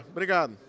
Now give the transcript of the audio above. Obrigado